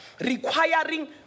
requiring